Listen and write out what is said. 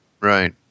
Right